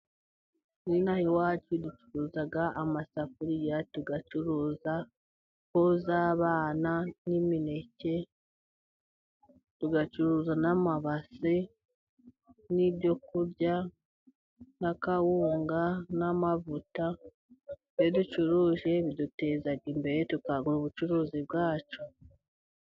Inaha iwacu ducuruza amasafuriya, tugacuruza po z'abana n'imineke, tugacuruza n'amabase n'ibyo kurya nka kawunga n'amavuta. Iyo ducuruje biduteza imbere, tukagura ubucuruzi bwacu.